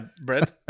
bread